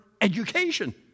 education